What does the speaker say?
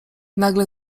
nagle